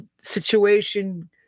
situation